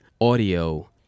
audio